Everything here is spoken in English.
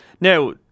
Now